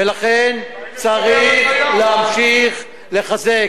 ולכן צריך להמשיך לחזק,